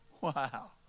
Wow